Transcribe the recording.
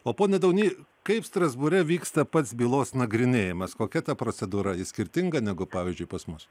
o pone daunį kaip strasbūre vyksta pats bylos nagrinėjimas kokia ta procedūra ji skirtinga negu pavyzdžiui pas mus